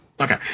Okay